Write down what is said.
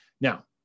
Now